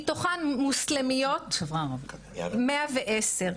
מתוכן מוסלמיות 110,